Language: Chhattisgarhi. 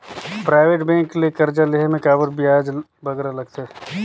पराइबेट बेंक ले करजा लेहे में काबर बगरा बियाज लगथे